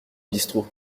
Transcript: bistrot